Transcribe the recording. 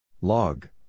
Log